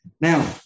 Now